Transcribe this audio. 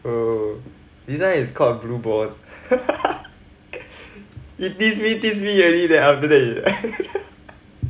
oh this one is called blue bored it diss me diss me already then after that